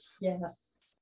yes